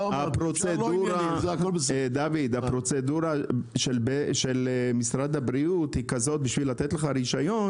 הפרוצדורה של משרד הבריאות היא כזאת בשביל לתת לך רישיון.